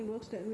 ya